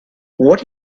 what